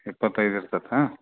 ಇಪ್ಪತ್ತೈದು ಇರ್ತದಾ